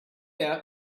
out